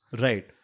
Right